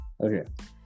Okay